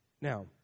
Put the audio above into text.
Now